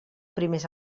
primers